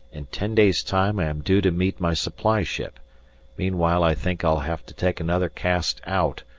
in ten days' time i am due to meet my supply ship meanwhile i think i'll have to take another cast out,